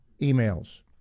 emails